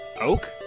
Oak